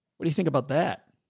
what do you think about that?